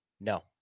no